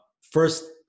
First